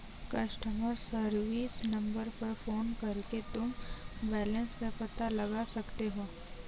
customer service number पर phone करके तुम बैलन्स का पता लगा सकते हो